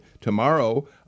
tomorrow